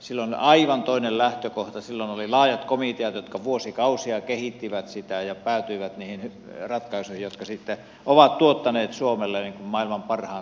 silloin oli aivan toinen lähtökohta silloin oli laajat komiteat jotka vuosikausia kehittivät sitä ja päätyivät niihin ratkaisuihin jotka sitten ovat tuottaneet suomelle maailman parhaan koululaitoksen